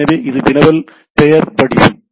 எனவே இது வினவல் பெயர் வடிவம்